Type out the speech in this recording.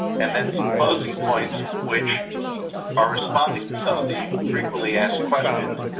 and then, some closing points, which are responding to some of the frequently asked questions,